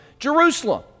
Jerusalem